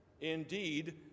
Indeed